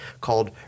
called